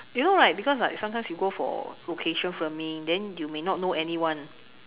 you know right because like sometimes you go for location filming then you may not know anyone